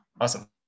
awesome